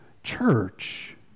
church